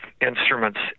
instruments